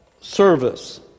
service